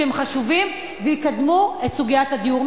שהם חשובים ויקדמו את סוגיית הדיור.